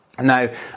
Now